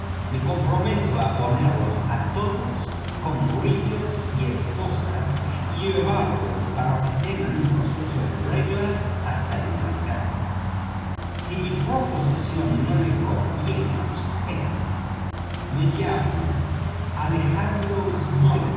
me comprometo á ponerlos á todos con grillos y esposas y llevarlos para que tengan un proceso en regla hasta inglaterra si mi proposición no le conviene á vd me llamo alejandro smollet